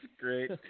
great